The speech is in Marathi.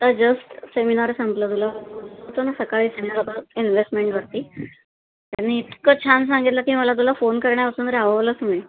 तर जस्ट सेमिनार संपलं तुला तो ना सकाळी सेमिनार इनव्हेस्टमेंटवरती त्यांनी इतकं छान सांगितलं की मला तुला फोन करण्यापासून राहावलचं तुम्ही